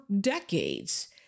decades